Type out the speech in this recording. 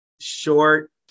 short